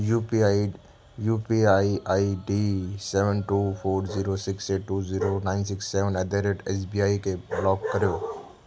U P I U P I I D seven two four zero six eight two zero nine six seven eight the rate S B I खे block कर्यो